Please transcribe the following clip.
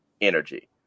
energy